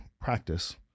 practice